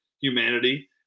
humanity